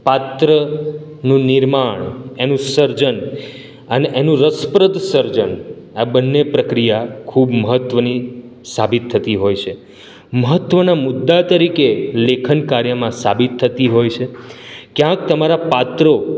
પાત્રનું નિર્માણ એનું સર્જન અને એનું રસપ્રદ સર્જન આ બંને પ્રક્રિયા ખૂબ મહત્ત્વની સાબિત થતી હોય છે મહત્ત્વના મુદ્દા તરીકે લેખન કાર્યમાં સાબિત થતી હોય છે ક્યાંક તમારા પાત્રો